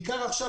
בעיקר עכשיו,